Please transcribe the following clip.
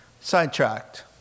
sidetracked